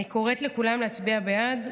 אני קוראת לכולם להצביע בעד.